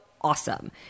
awesome